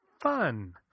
Fun